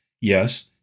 yes